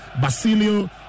Basilio